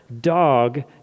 dog